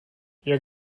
your